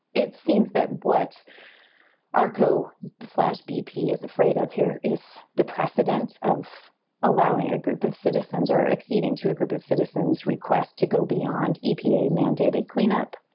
it seems that what arco slash bp is afraid of here is the precedent of allowing a group of citizens or exceeding to a group of citizens request to go beyond epa mandated cleanup.